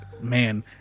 Man